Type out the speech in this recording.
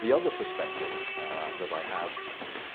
the other perspective that i have